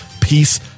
peace